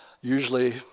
Usually